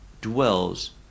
dwells